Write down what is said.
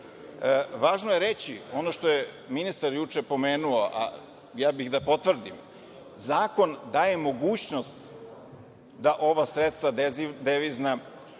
Važno je reći, ono što je ministar juče spomenuo a ja bih da potvrdim, zakon daje mogućnost da ova sredstva devizna